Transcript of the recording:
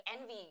envy